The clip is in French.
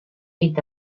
est